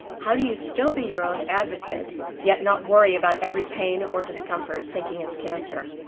how do you still be your own advocate yet not worry about every pain or discomfort, thinking it's cancer?